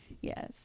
Yes